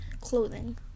Clothing